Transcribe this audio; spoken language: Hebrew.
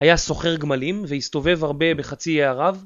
היה סוחר גמלים והסתובב הרבה בחצי האי ערב